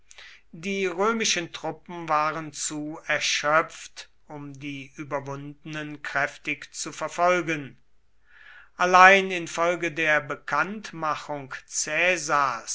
die römischen truppen waren zu erschöpft um die überwundenen kräftig zu verfolgen allein infolge der bekanntmachung